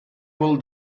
will